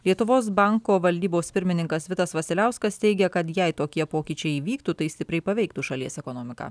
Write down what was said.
lietuvos banko valdybos pirmininkas vitas vasiliauskas teigia kad jei tokie pokyčiai įvyktų tai stipriai paveiktų šalies ekonomiką